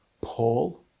Paul